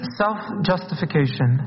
self-justification